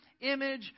image